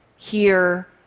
here,